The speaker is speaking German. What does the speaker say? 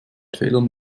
fehlern